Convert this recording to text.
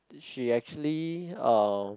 she actually uh